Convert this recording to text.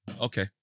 Okay